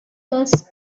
those